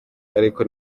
ariko